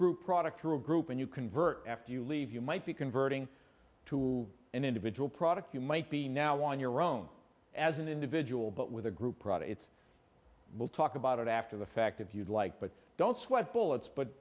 group product or a group and you convert after you leave you might be converting to an individual products you might be now on your own as an individual but with a group product it's we'll talk about it after the fact if you'd like but don't sweat bullets but